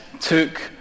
took